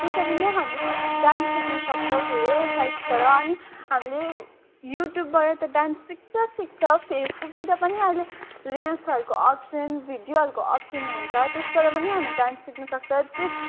त्यसरी नै हामी डान्स सिक्नु सक्छौँ धेरैवटा साइट्सबाट अनि हामीले युट्युबबाट त डान्स सिक्छ सिक्छ फेसबुकतिर पनि अहिले रिल्सहरूको अप्सन भिडियोहरूको अप्सन हुन्छ त्यसबाट पनि हामी डान्स सिक्नु सक्छ